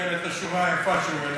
ומקלקל את השורה היפה שהוא העלה.